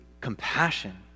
Compassion